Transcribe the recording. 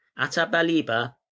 Atabaliba